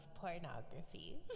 Pornography